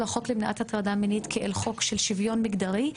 החוק למניעת הטרדה מינית כאל חוק של שוויון מגדרי,